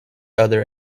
other